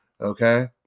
Okay